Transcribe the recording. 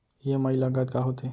EMI लागत का होथे?